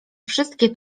wszystkie